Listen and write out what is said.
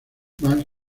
más